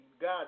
God